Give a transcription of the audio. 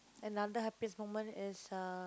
another happiest moment is uh